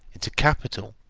into capital,